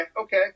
okay